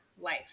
life